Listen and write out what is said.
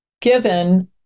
given